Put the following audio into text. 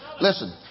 Listen